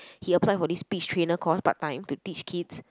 he apply for this speech trainer course part-time to teach kids